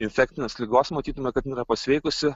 infekcinės ligos matytume kad jinai yra pasveikusi